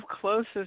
closest